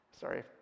Sorry